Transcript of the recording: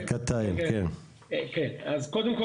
אז קודם כל,